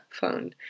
phone